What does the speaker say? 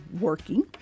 working